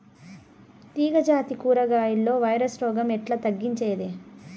తీగ జాతి కూరగాయల్లో వైరస్ రోగం ఎట్లా తగ్గించేది?